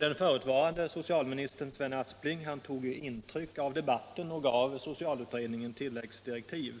Den förutvarande socialministern, Sven Aspling, tog intryck av debatten och gav socialutredningen tilläggsdirektiv.